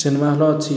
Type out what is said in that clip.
cinema hall ଅଛି